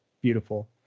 beautiful